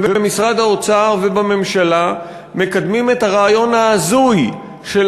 ובמשרד האוצר ובממשלה מקדמים את הרעיון ההזוי של